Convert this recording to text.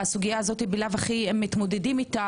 והסוגיה הזו בלאו הכי מתמודדים איתה,